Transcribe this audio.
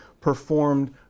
performed